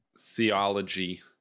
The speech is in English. Theology